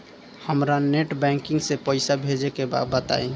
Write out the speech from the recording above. हमरा net banking से पईसा भेजे के बा बताई?